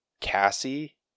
Cassie